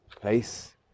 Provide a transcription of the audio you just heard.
place